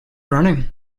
running